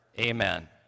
Amen